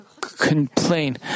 complain